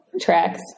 Tracks